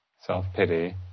self-pity